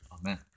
Amen